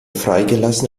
freigelassen